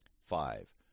Five